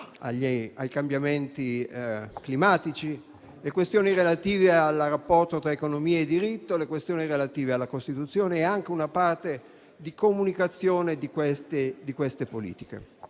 ai cambiamenti climatici, di questioni relative al rapporto tra economia e diritto e alla Costituzione, nonché di una parte di comunicazione di queste politiche.